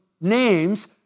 names